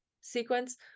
sequence